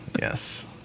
yes